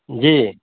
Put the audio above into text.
जी